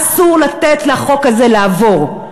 אסור לתת לחוק הזה לעבור.